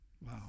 Wow